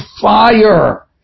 fire